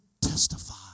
testify